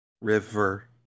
River